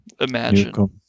Imagine